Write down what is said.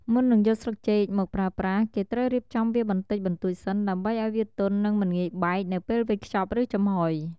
មុននឹងយកស្លឹកចេកមកប្រើប្រាស់ គេត្រូវរៀបចំវាបន្តិចបន្តួចសិន ដើម្បីឱ្យវាទន់និងមិនងាយបែកនៅពេលវេចខ្ចប់ឬចំហុយ។